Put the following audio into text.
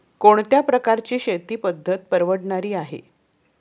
कोणत्या प्रकारची शेती पद्धत परवडणारी आहे?